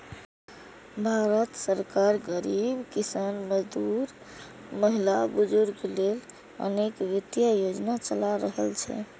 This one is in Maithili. भारत सरकार गरीब, किसान, मजदूर, महिला, बुजुर्ग लेल अनेक वित्तीय योजना चला रहल छै